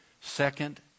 Second